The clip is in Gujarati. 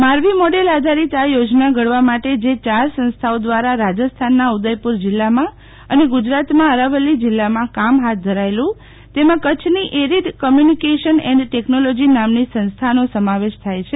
મારવી મોડેલ આધારીત આ યોજના ઘડવા માટે જે યાર સંસ્થાઓ દ્રારા રાજસ્થાનના ઉદયપુર જિલ્લામાં અને ગુજરાતમાં અરવલ્લી જિલ્લામાં કામ હાથ ધરાયેલુ તેમાં કચ્છની arid communication and technology નામની સંસ્થાનો સંસ્થાનો સમાવેશ થાય છે